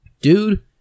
Dude